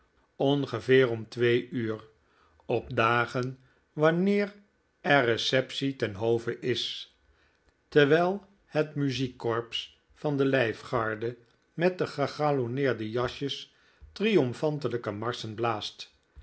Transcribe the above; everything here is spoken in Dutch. ongeveer om twee uur op dagen wanneer er receptie ten hove is terwijl het muziekkorps van de lijfgarde met de gegalonneerde jasjes triomfantelijke marschen blaast